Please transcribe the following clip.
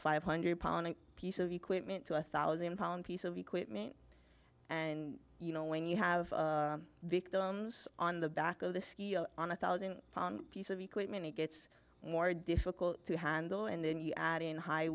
five hundred pound piece of equipment to a thousand pound piece of equipment and you know when you have victims on the back of the ski on a thousand piece of equipment it gets more difficult to handle and then you add in high